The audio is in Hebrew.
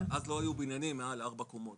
אז לא היו בניינים מעל ארבע קומות,